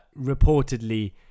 Reportedly